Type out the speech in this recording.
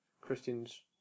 Christian's